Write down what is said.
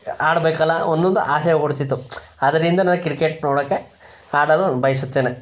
ಆಡಬೇಕಲ್ಲ ಒಂದೊಂದು ಆಸೆ ಆಗಿಬಿಡ್ತಿತ್ತು ಅದರಿಂದ ನಾ ಕ್ರಿಕೆಟ್ ನೋಡೋಕೆ ಆಡಲು ಬಯಸುತ್ತೇನೆ